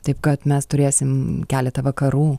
taip kad mes turėsim keletą vakarų